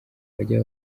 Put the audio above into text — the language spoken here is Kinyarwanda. bajya